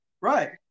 Right